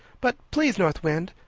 but, please, north wind,